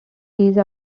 these